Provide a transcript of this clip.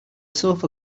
sofa